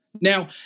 Now